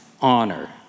honor